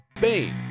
Bane